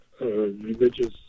religious